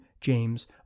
James